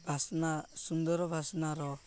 ବାସ୍ନା ସୁନ୍ଦର ବାସ୍ନାର